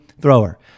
thrower